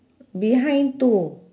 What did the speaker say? behind two